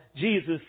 Jesus